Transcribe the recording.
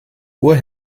uhr